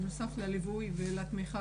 בנוסף לליווי ולתמיכה